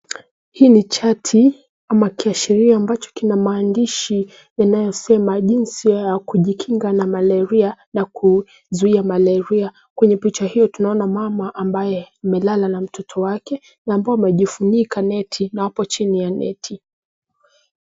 Hii ni cheti ama kiashiria ambacho kina maandishi inayosema jinsi ya kujikinga na malaria na kuzuia malaria. Kwenye picha kio tunaona mama ambaye amelala na mtoto wake na ambao umejifunika neti na hapo chini ya neti.